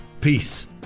Peace